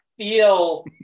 feel